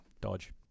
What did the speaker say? Dodge